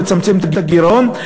או לצמצם את הגירעון,